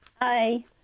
Hi